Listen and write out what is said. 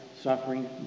suffering